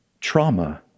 trauma